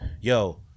yo